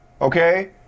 okay